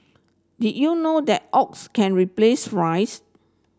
did you know that oats can replace rice